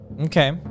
okay